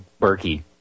Berkey